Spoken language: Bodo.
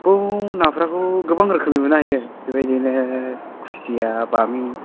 बेयाव नाफोरखौ गोबां रोखोमनि मोननो हायो बेबायदिनो खुसिया बामि